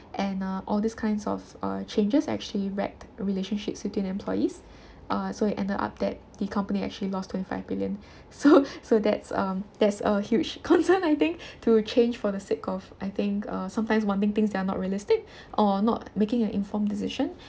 and uh all these kinds of uh changes actually wrecked relationships between employees uh so it ended up that the company actually lost twenty five billion so so that's um that's a huge concern I think to change for the sake of I think uh sometimes wanting things that are not realistic or not making an informed decision